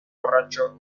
borracho